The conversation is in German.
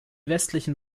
westlichen